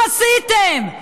מה עשיתם?